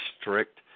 strict